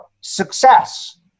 success